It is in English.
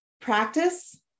Practice